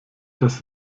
dass